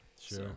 sure